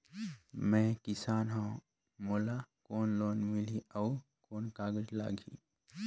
मैं किसान हव मोला कौन लोन मिलही? अउ कौन कागज लगही?